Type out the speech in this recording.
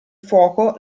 fuoco